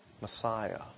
Messiah